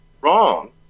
wrong